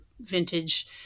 vintage